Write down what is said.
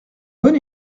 bon